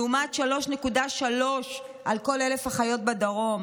לעומת 3.3 על כל 1,000 בדרום.